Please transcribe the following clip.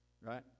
right